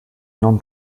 non